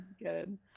good